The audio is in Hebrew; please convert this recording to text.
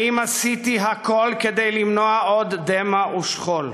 האם עשיתי הכול כדי למנוע עוד דמע ושכול?